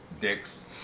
dicks